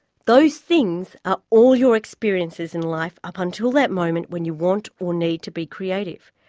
those things are all your experiences in life up until that moment when you want or need to be creative.